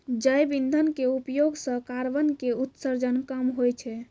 जैव इंधन के उपयोग सॅ कार्बन के उत्सर्जन कम होय छै